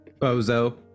Bozo